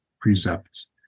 precepts